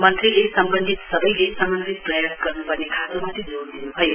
मन्त्रीले सम्बन्धित सबैले समन्वित प्रयास गर्न्पर्ने खाँचोमाथि जोड़ दिन्भयो